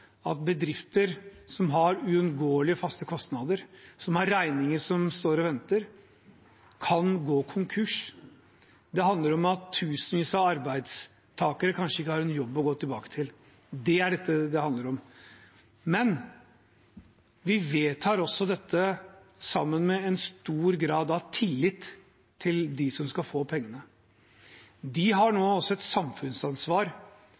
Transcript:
at bedrifter som har uunngåelige faste kostnader, som har regninger som står og venter, kan gå konkurs. Det handler om at tusenvis av arbeidstakere kanskje ikke har en jobb å gå tilbake til. Det er det dette handler om. Vi vedtar dette sammen med stor grad av tillit til dem som skal få pengene. De har